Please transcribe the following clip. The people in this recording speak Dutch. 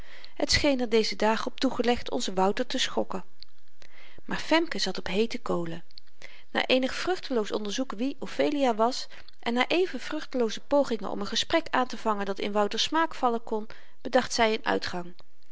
het scheen er dezer dagen op toegelegd onzen wouter te schokken maar femke zat op heete kolen na eenig vruchteloos onderzoeken wie ophelia was en na even vruchtelooze pogingen om n gesprek aantevangen dat in wouters smaak vallen kon bedacht zy n uitgang